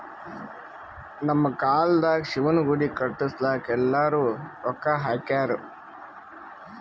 ನಮ್ ಕಾಲ್ದಾಗ ಶಿವನ ಗುಡಿ ಕಟುಸ್ಲಾಕ್ ಎಲ್ಲಾರೂ ರೊಕ್ಕಾ ಹಾಕ್ಯಾರ್